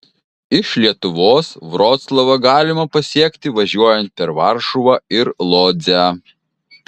iš lietuvos vroclavą galima pasiekti važiuojant per varšuvą ir lodzę